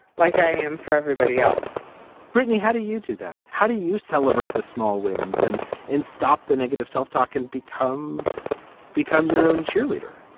like i am for everybody else brittany, how do you do that? how do you celebrate the small wins and in stop the negative self talk and become become your own cheerleader?